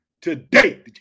today